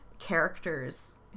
characters